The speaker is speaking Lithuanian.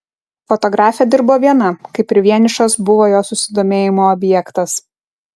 fotografė dirbo viena kaip ir vienišas buvo jos susidomėjimo objektas